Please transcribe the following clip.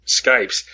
Skypes